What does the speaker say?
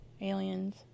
Aliens